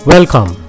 Welcome